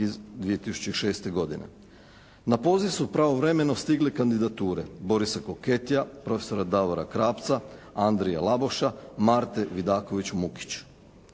Na poziv su pravovremeno stigle kandidature Borisa Koketija, profesora Davora Krapca, Andrije Laboša, Marte Vidaković-Mukić.